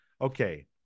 Okay